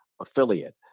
affiliate